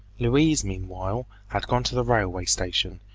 louise, meanwhile, had gone to the railway station,